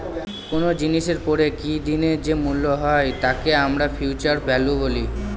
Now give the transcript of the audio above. কোনো জিনিসের পরে কি দিনের যে মূল্য হয় তাকে আমরা ফিউচার ভ্যালু বলি